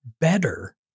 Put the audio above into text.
better